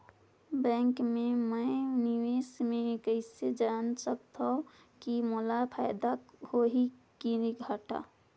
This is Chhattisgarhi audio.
बैंक मे मैं निवेश मे कइसे जान सकथव कि मोला फायदा होही कि घाटा?